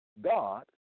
God